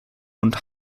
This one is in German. und